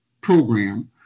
program